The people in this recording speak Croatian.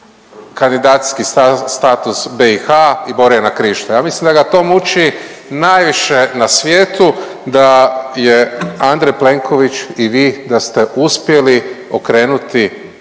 kandidacijski status BiH i Borjana Krišto. Ja mislim da ga to muči najviše na svijetu, da je Andrej Plenković i vi da ste uspjeli okrenuti